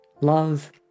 Love